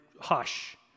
hush